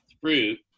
fruit